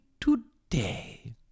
today